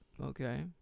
Okay